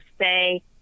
say